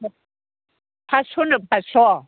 फास्स' नो फास्स'